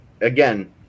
Again